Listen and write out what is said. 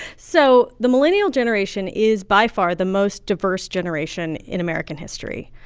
so the millennial generation is by far the most diverse generation in american history.